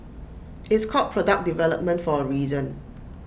it's called product development for A reason